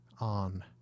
on